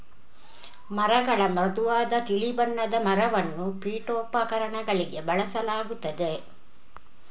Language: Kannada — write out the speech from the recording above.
ಮರಗಳ ಮೃದುವಾದ ತಿಳಿ ಬಣ್ಣದ ಮರವನ್ನು ಪೀಠೋಪಕರಣಗಳಿಗೆ ಬಳಸಲಾಗುತ್ತದೆ